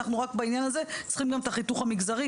בעניין הזה אנחנו גם צריכים את החיתוך המגזרי.